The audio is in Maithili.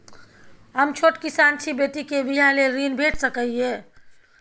हम छोट किसान छी, बेटी के बियाह लेल ऋण भेट सकै ये?